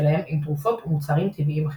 שלהם עם תרופות ומוצרים טבעיים אחרים.